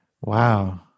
Wow